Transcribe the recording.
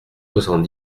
soixante